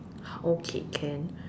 okay can